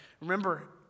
remember